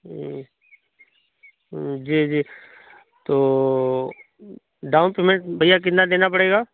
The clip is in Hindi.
जी जी तो डाउन पेमेंट भैया कितना देना पड़ेगा